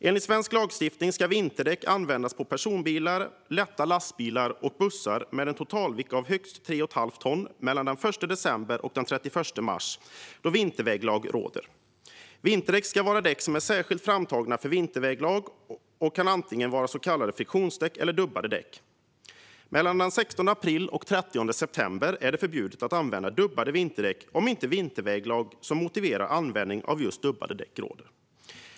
Enligt svensk lagstiftning ska vinterdäck användas på personbilar, lätta lastbilar och bussar med en totalvikt av högst 3,5 ton mellan den 1 december och den 31 mars då vinterväglag råder. Vinterdäck ska vara däck som är särskilt framtagna för vinterväglag och kan antingen vara så kallade friktionsdäck eller dubbade däck. Mellan den 16 april och den 30 september är det förbjudet att använda dubbade vinterdäck, om det inte är vinterväglag som motiverar användning av just dubbade däck.